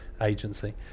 agency